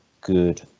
good